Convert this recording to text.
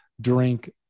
drink